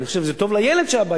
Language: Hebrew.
אני חושב שזה טוב לילד שהאבא,